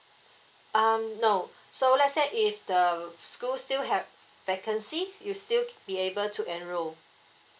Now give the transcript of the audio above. um no so let's say if the school still have vacancy you still be able to enroll